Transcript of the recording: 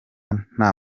nta